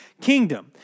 kingdom